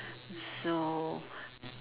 so